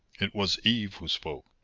it was eve who spoke.